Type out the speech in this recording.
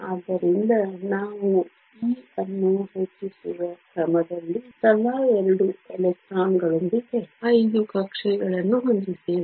ಆದ್ದರಿಂದ ನಾವು ಇ ಅನ್ನು ಹೆಚ್ಚಿಸುವ ಕ್ರಮದಲ್ಲಿ ತಲಾ 2 ಎಲೆಕ್ಟ್ರಾನ್ಗಳೊಂದಿಗೆ 5 ಕಕ್ಷೆಗಳನ್ನು ಹೊಂದಿದ್ದೇವೆ